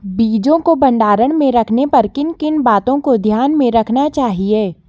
बीजों को भंडारण में रखने पर किन किन बातों को ध्यान में रखना चाहिए?